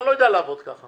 ואני לא יודע לעבוד ככה.